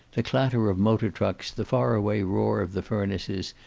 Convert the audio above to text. the clatter of motor-trucks, the far away roar of the furnaces,